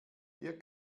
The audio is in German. wir